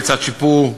לצד שיפור,